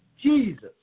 Jesus